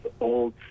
old